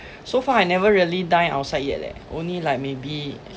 so far I never really dine outside yet leh only like maybe